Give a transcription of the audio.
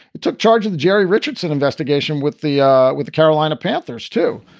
it took charge of the jerry richardson investigation with the ah with the carolina panthers, too.